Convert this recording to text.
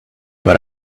but